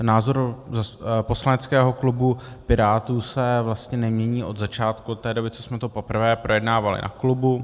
Názor poslaneckého klubu Pirátů se vlastně nemění od začátku, od té doby, co jsme to poprvé projednávali na klubu.